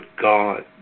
God